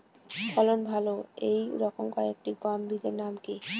ফলন ভালো এই রকম কয়েকটি গম বীজের নাম কি?